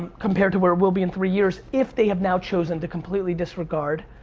compared to where it will be in three years, if they have now chosen to completely disregard,